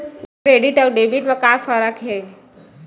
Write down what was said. ये क्रेडिट आऊ डेबिट मा का फरक है?